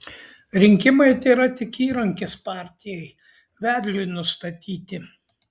rinkimai tėra tik įrankis partijai vedliui nustatyti